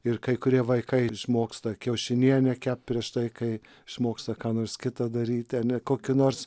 ir kai kurie vaikai išmoksta kiaušinienę kept prieš tai kai išmoksta ką nors kita daryt ane kokią nors